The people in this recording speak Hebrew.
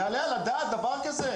יעלה על הדעת דבר כזה?